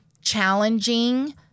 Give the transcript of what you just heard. challenging